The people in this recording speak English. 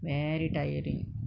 very tiring